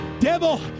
Devil